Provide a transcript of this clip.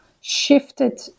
shifted